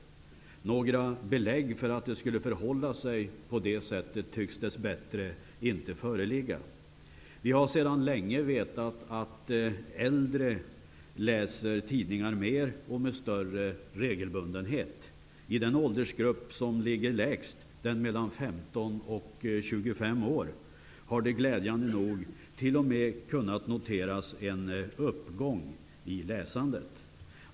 Några belägg för att det skulle förhålla sig på det sättet tycks dess bättre inte föreligga. Man har sedan länge vetat att äldre läser tidningar mer och med större regelbundenhet. I den åldersgrupp som ligger lägst -- den mellan 15 och 25 år -- har glädjande nog t.o.m. kunnat noteras en uppgång i läsandet.